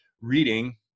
reading